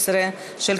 הנני מתכבדת להודיעכם,